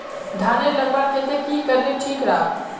धानेर लगवार केते की करले ठीक राब?